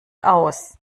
aus